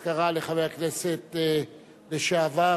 לפני תחילת ההצבעות אנחנו נקיים אזכרה לחבר הכנסת לשעבר,